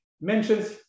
mentions